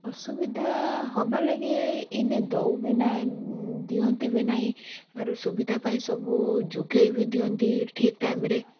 ଅସୁବିଧା ହେବାଲାଗି ଇନେ ଦିଅନ୍ତି ବି ନାଇ ଆରୁ ସୁବିଧା ପାଇଁ ସବୁ ଯୋଗେଇ ବି ଦିଅନ୍ତି ଠିକ୍ ଟାଇମ୍ ରେ